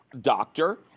doctor